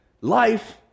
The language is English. Life